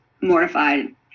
mortified